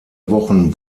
wochen